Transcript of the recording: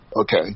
Okay